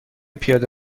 پیاده